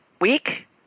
week